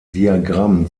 diagramm